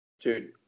Dude